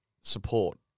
support